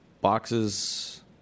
Boxes